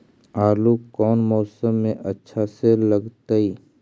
आलू कौन मौसम में अच्छा से लगतैई?